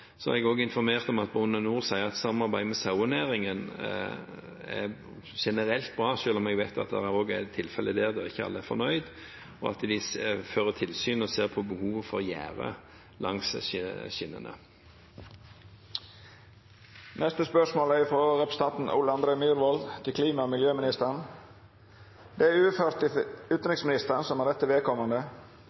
Jeg er også informert om at Bane Nor sier at samarbeidet med sauenæringen generelt er bra, selv om jeg vet at det også er tilfeller der ikke alle er fornøyd, og at de fører tilsyn og ser på behovet for gjerde langs skinnene. Dette spørsmålet, til klima- og miljøministeren, er overført til utenriksministeren som rette vedkommende. Spørsmålet blir besvart av helse- og omsorgsministeren på vegne av utenriksministeren, som